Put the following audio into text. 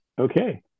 Okay